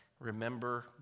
remember